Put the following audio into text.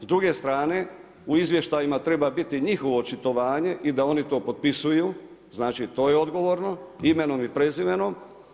S druge strane u izvještajima treba biti njihovo očitovanje i da oni to potpisuju, znači to je odgovorno imenom i prezimenom.